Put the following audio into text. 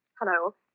Hello